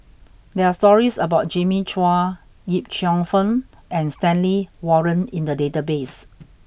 there are stories about Jimmy Chua Yip Cheong Fun and Stanley Warren in the database